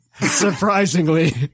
Surprisingly